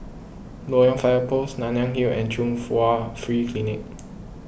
Loyang Fire Post Nanyang Hill and Chung Hwa Free Clinic